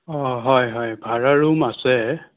অঁ হয় হয় ভাড়া ৰুম আছে